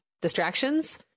distractions